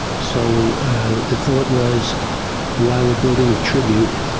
so the thought was while we're building tribute,